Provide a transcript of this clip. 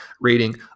rating